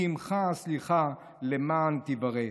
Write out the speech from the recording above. כי עמך הסליחה למען תורא.